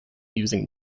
using